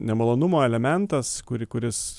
nemalonumo elementas kuri kuris